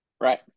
right